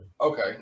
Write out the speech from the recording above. Okay